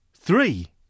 Three